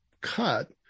cut